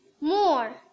more